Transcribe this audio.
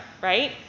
right